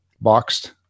boxed